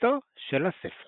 תפוצתו של הספר